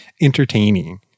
entertaining